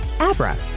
Abra